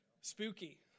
Spooky